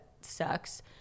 sucks